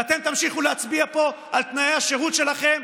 ואתם תמשיכו להצביע פה על תנאי השירות שלכם,